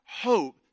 hope